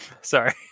sorry